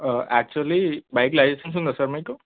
actually bike licence ఉందా sir మీకు